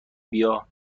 بیا